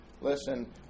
Listen